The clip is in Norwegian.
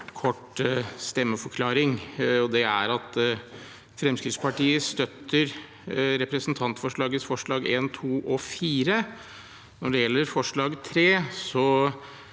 en kort stemmeforklaring. Fremskrittspartiet støtter representantforslagets forslag nr. 1, 2 og 4. Når det gjelder forslag